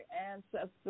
ancestors